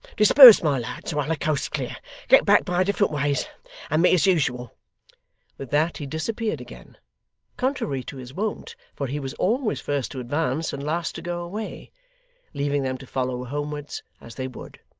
disperse, my lads, while the coast's clear get back by different ways and meet as usual with that, he disappeared again contrary to his wont, for he was always first to advance, and last to go away leaving them to follow homewards as they would.